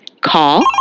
Call